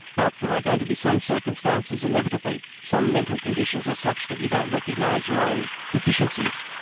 but there are going to be some circumstances inevitably some mental conditions are such that you don't recognise your own deficiencies.